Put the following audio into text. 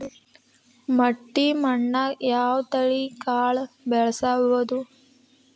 ಮಟ್ಟಿ ಮಣ್ಣಾಗ್, ಯಾವ ತಳಿ ಕಾಳ ಬೆಳ್ಸಬೋದು?